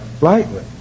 lightly